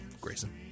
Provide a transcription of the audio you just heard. Grayson